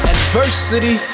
Adversity